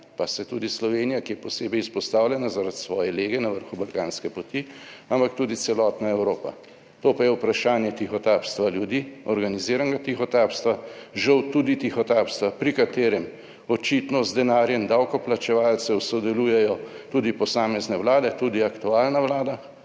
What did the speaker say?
pa se tudi Slovenija, ki je posebej izpostavljena zaradi svoje lege na vrhu balkanske poti, ampak tudi celotna Evropa. To pa je vprašanje tihotapstva ljudi, organiziranega tihotapstva, žal tudi tihotapstva, pri katerem očitno z denarjem davkoplačevalcev sodelujejo tudi posamezne vlade, tudi aktualna Vlada,